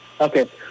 Okay